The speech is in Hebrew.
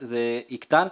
יקטן,